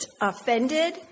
offended